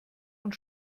und